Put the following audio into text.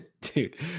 dude